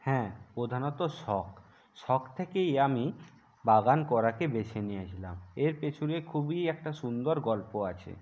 হ্যাঁ প্রধানত শখ শখ থেকেই আমি বাগান করাকে বেছে নিয়েছিলাম এর পেছনে খুবই একটা সুন্দর গল্প আছে